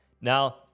Now